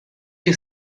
you